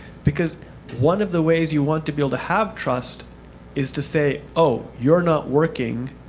because one of the ways you want to be able to have trust is to say, oh, you're not working.